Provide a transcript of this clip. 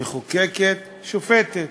מחוקקת, שופטת.